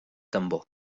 tambor